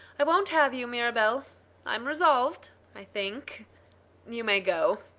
i won't have you, mirabell i'm resolved i think you may go